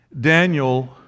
Daniel